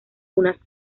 unas